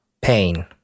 Pain